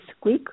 quick